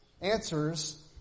answers